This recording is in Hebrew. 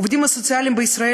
העובדים הסוציאליים בישראל,